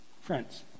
Friends